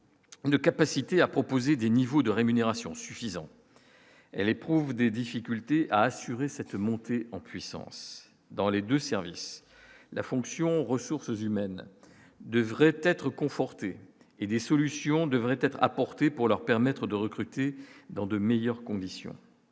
de capacité à proposer des niveaux de rémunération suffisante, elle éprouve des difficultés à assurer cette montée en puissance dans les 2 services la fonction ressources humaines devrait être confortée et des solutions devraient être apportées pour leur permettre de recruter dans de meilleures conditions.